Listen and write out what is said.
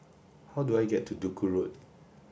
how do I get to Duku Road